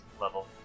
level